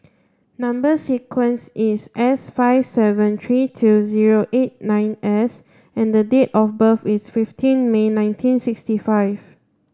number sequence is S five seven three two zero eight nine S and the date of birth is fifteen May nineteen sixty five